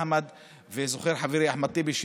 חמד וחברי אחמד טיבי,